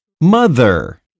Mother